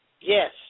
Yes